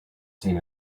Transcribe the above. seen